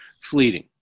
fleeting